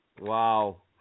Wow